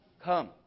Come